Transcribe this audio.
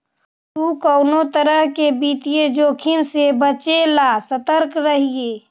तु कउनो तरह के वित्तीय जोखिम से बचे ला सतर्क रहिये